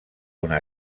una